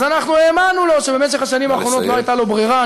אז אנחנו האמנו לו שבמשך השנים האחרונות לא הייתה לו ברירה,